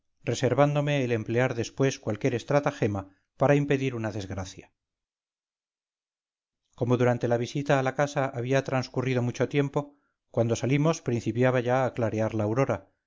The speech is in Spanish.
reservándome el emplear después cualquier estratagema para impedir una desgracia como durante la visita a la casa había transcurrido mucho tiempo cuando salimos principiaba ya a clarear la aurora